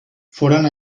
foren